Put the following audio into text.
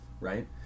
right